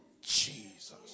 Jesus